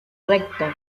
recto